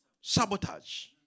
sabotage